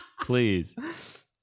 Please